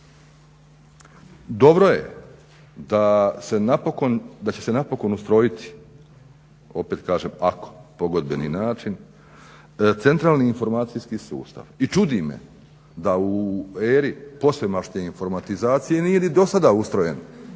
Dobro je da se će se napokon ustrojiti opet kažem ako pogodbeni način, centralni informacijski sustav i čudi me da u eri poslije mašte informatizacije nije ni do sada ustrojen